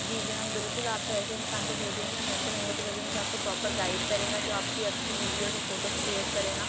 जी जी मैम बिल्कुल आपको ऐसे इंसान को भेजेंगे हम ऐसे बंदे को भेजेंगे जो आपको प्रोपर गाइड करेगा जो आपकी अच्छी वीडियोज़ और फ़ोटोज़ क्रियेट करेगा